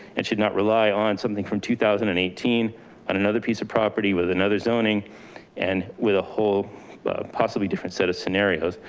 and should not rely on something from two thousand and eighteen on another piece of property with another zoning and with a whole possibly different set of scenarios.